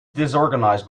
disorganized